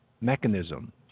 mechanism